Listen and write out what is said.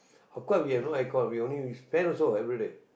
of course we have no aircon we only use fan also every day